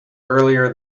earlier